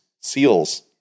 Seals